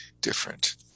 different